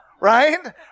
Right